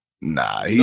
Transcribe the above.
Nah